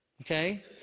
Okay